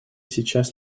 сейчас